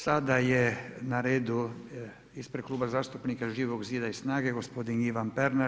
Sada je na redu ispred Kluba zastupnika Živog zida i SNAGA-e, gospodin Ivan Pernar.